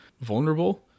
vulnerable